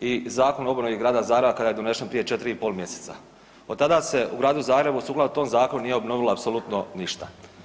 i Zakon o obnovi Grada Zagreba kada je donesen prije 4,5 mjeseca od tada se u Gradu Zagrebu sukladno tome zakonu nije obnovilo apsolutno ništa.